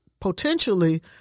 potentially